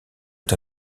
est